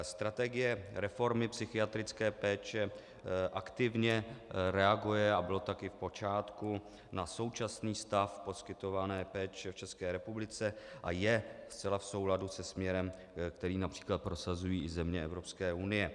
Strategie reformy psychiatrické péče aktivně reaguje, a bylo to tak i v počátku, na současný stav poskytované péče v České republice a je zcela v souladu se směrem, který například prosazují i země Evropské unie.